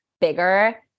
bigger